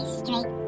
straight